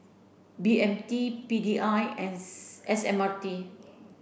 B M T P D I and S M R T